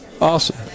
awesome